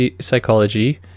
psychology